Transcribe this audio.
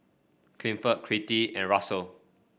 Clifford Kittie and Russell